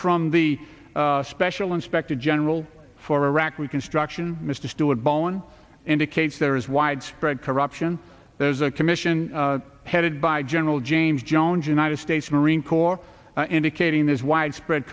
from the special inspector general for iraq reconstruction mr stuart bowen indicates there is widespread corruption there is a commission headed by general james jones united states marine corps indicating there's widespread